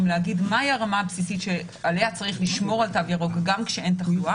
להגיד מהי הרמה הבסיסית שעליה צריך לשמור על תו ירוק גם כשאין תחלואה.